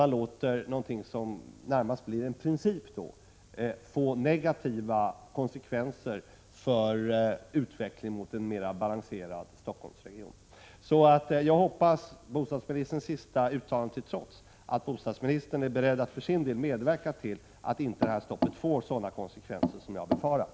Någonting som närmast blir en princip får inte innebära negativa konsekvenser för utvecklingen mot en mera balanserad Stockholmsregion. — Prot. 1986/87:90 Jag hoppas att bostadsministern, hans senaste uttalande till trots, är 19 mars 1987 beredd att medverka till att detta stopp inte får sådana konsekvenser som jag har befarat.